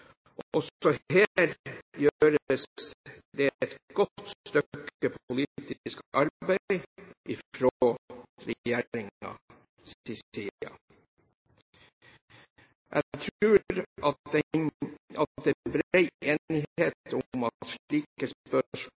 Også her gjøres det et godt stykke politisk arbeid fra regjeringens side. Jeg tror det er bred enighet om at slike spørsmål er